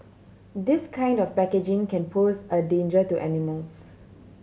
this kind of packaging can pose a danger to animals